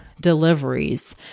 deliveries